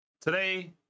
today